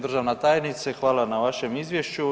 Državna tajnice, hvala na vašem izvješću.